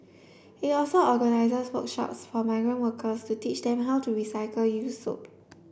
it also organises workshops for migrant workers to teach them how to recycle use soap